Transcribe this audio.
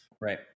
Right